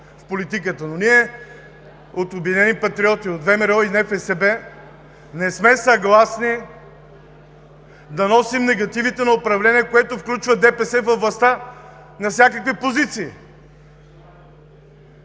в политиката, но от „Обединени патриоти“ – ВМРО и НФСБ, не сме съгласни да носим негативите на управление, което включва ДПС във властта и на всякакви позиции.